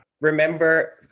remember